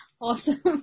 Awesome